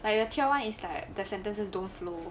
like the tier one is like the sentences don't flow